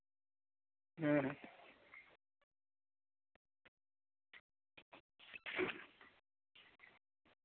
ᱦᱩᱸ